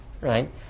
right